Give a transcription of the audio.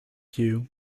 view